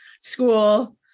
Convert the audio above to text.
school